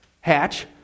Hatch